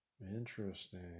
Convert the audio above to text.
Interesting